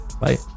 Bye